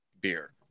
beer